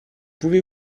pouvez